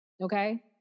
Okay